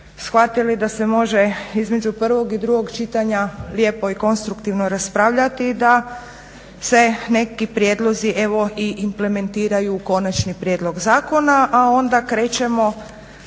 shvatili da se može između prvog i drugog čitanja lijepo i konstruktivno raspravljati i da se neki prijedlozi evo i implementiraju u konačni prijedlog zakona, a onda krećemo